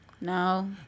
No